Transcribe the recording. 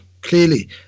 clearly